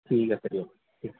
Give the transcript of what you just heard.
ঠিক আছে দিয়ক ঠিক